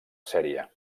sèrie